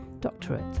doctorate